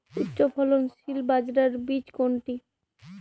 উচ্চফলনশীল বাজরার বীজ কোনটি?